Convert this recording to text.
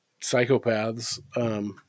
psychopaths